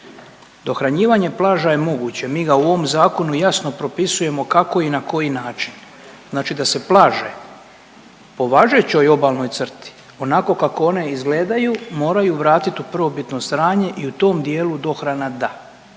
Dohranjivanje plaža je moguće, mi ga u ovom zakonu jasno propisujemo kako i na koji način. Znači da se plaže po važećoj obalnoj crti onako kako one izgledaju moraju vratit u prvobitno stanje i u tom dijelu dohrana da.